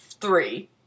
three